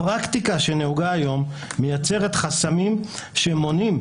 הפרקטיקה שנהוגה היום מייצרת חסמים שמונעים